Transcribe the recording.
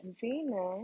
Venus